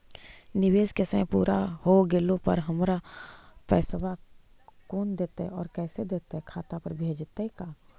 निवेश के समय पुरा हो गेला पर हमर पैसबा कोन देतै और कैसे देतै खाता पर भेजतै का?